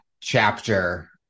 chapter